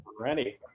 Ready